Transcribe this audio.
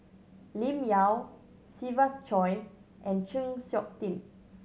Lim Yau Siva Choy and Chng Seok Tin